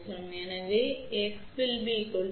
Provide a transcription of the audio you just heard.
எனவே இப்போது X 1 ஐ வைக்கிறோம்